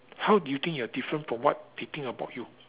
how do you think you are different from what they think about you